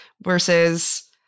versus